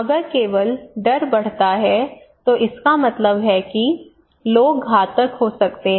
अगर केवल डर बढ़ता है तो इसका मतलब है कि लोग घातक हो सकते हैं